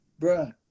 Bruh